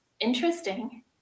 interesting